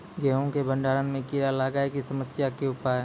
गेहूँ के भंडारण मे कीड़ा लागय के समस्या के उपाय?